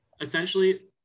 essentially